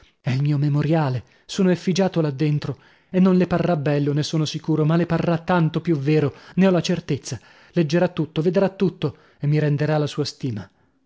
è il mio memoriale sono effigiato là dentro e non le parrà bello ne sono sicuro ma le parrà tanto più vero ne ho la certezza leggerà tutto vedrà tutto e mi renderà la sua stima